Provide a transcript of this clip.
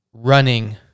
Running